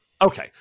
Okay